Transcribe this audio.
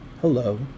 hello